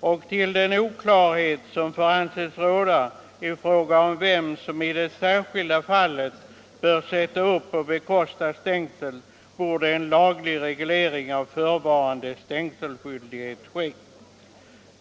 och till den oklarhet som får anses råda i fråga om vem som i det särskilda fallet bör sätta upp och bekosta stängsel borde en laglig reglering av förevarande stängselskyldighet ske.